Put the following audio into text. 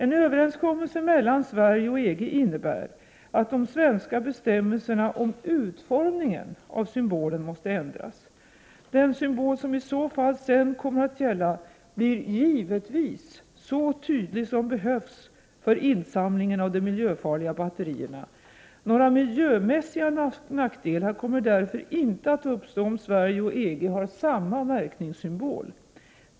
En överenskommelse mellan Sverige och EG innebär att de svenska bestämmelserna om utformningen av symbolen måste ändras. Den symbol som i så fall sedan kommer att gälla blir givetvis så tydlig som behövs för insamlingen av de miljöfarliga batterierna. Några miljömässiga nackdelar kommer därför inte att uppstå om Sverige och EG har samma märkningssymbol.